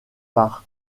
par